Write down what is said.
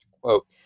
quote